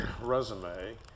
resume